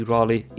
Rally